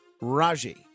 Raji